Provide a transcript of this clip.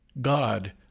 God